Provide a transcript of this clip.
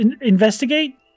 investigate